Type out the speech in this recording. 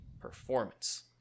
performance